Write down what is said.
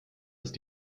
ist